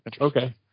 Okay